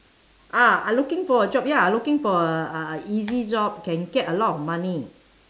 ah I looking for a job ya I looking for a a easy job can get a lot of money